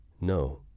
no